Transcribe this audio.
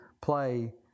play